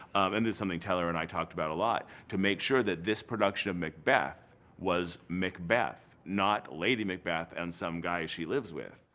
and it's something teller and i talked about a lot. to make sure that this production of macbeth was macbeth, not lady macbeth and some guy she lives with.